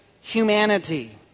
humanity